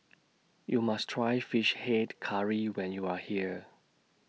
YOU must Try Fish Head Curry when YOU Are here